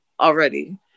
already